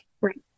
Right